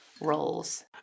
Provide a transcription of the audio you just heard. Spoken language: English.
roles